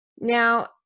Now